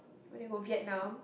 when you go Vietnam